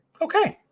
Okay